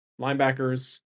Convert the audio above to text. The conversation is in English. linebackers